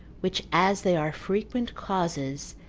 which as they are frequent causes,